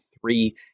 Three